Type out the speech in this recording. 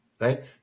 Right